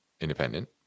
independent